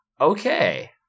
okay